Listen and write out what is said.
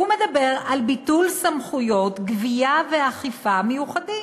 הוא מדבר על ביטול סמכויות גבייה ואכיפה מיוחדות.